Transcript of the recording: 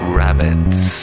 rabbits